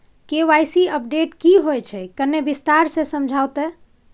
KYC update की होय छै किन्ने विस्तार से समझाऊ ते?